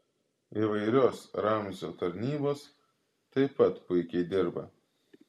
įvairios ramzio tarnybos taip pat puikiai dirba